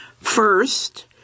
First